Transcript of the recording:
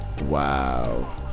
wow